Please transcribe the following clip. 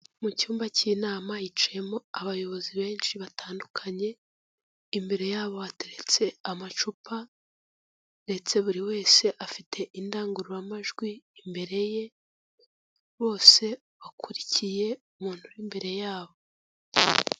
Mu cyumba cy'inama hicayemo abayobozi benshi batandukanye, imbere yabo hateretse amacupa ndetse buri wese afite indangururamajwi imbere ye, bose bakurikiye umuntu uri imbere yabo.